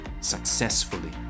successfully